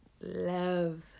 love